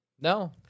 No